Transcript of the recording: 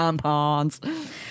Tampons